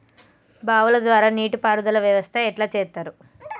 బావుల ద్వారా నీటి పారుదల వ్యవస్థ ఎట్లా చేత్తరు?